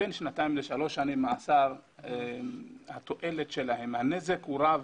בין שנתיים לשלוש שנים מאסר, הנזק הוא רב